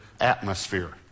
atmosphere